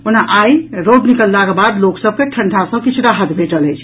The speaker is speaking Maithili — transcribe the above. ओना आई रौद निकललाक बाद लोक सभ के ठंढ़ा सँ किछु राहत भेटल अछि